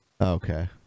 Okay